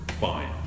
fine